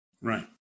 Right